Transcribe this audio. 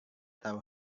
tahu